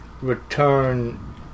return